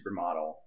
supermodel